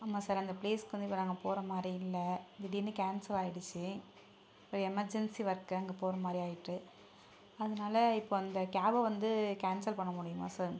ஆமாம் சார் அந்த ப்ளேஸ்க்கு இப்போ நாங்கள் போகிறமாரி இல்லை திடீர்னு கேன்சல் ஆகிடுச்சி ஒரு எமர்ஜன்சி ஒர்க் அங்கே போகிறமாதிரி ஆகிட்டு அதனால இப்போ அந்த கேபை வந்து கேன்சல் பண்ண முடியுமா சார்